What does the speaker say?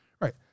right